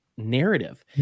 narrative